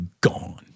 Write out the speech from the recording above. gone